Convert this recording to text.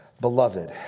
Beloved